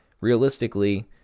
realistically